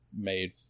made